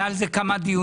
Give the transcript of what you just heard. היו על זה כמה דיונים.